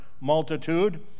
multitude